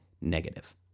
negative